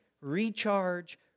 recharge